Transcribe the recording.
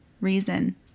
reason